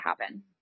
happen